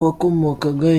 wakomokaga